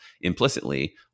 implicitly